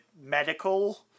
medical